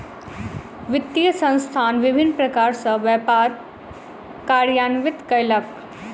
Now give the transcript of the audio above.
वित्तीय संस्थान विभिन्न प्रकार सॅ व्यापार कार्यान्वित कयलक